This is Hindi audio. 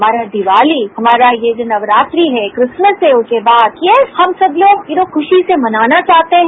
हमारा दीवाली हमारा ये जो नवरात्रि है क्रिसमिस है उसके बाद ये हम सब लोग खुशी से मनाना चाहते हैं